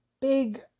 big